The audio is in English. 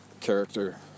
character